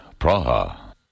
Praha